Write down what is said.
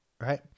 Right